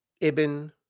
ibn